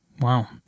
Wow